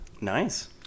Nice